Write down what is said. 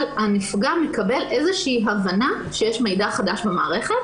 הנפגע מקבל איזושהי הבנה שיש מידע חדש במערכת.